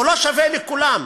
לא שווה לכולם,